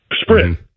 sprint